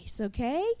okay